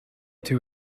too